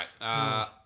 right